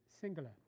singular